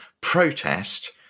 protest